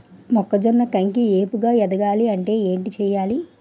మొక్కజొన్న కంకి ఏపుగ ఎదగాలి అంటే ఏంటి చేయాలి?